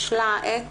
בשלה העת.